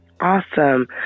Awesome